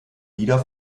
lieder